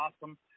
awesome